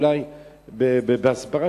אולי בהסברה,